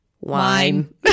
Wine